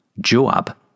Joab